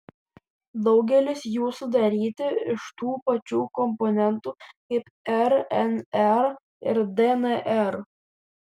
daugelis jų sudaryti iš tų pačių komponentų kaip rnr ir dnr